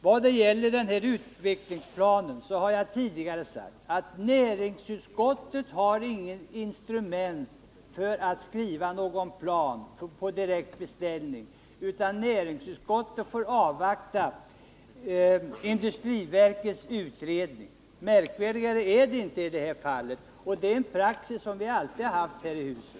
Vad gäller en utvecklingsplan har jag tidigare sagt att näringsutskottet inte har några instrument för att skriva en plan på direkt beställning, utan utskottet får avvakta industriverkets utredning. Märkvärdigare är det inte i det här fallet, och det är en praxis som vi alltid haft här i huset.